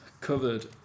covered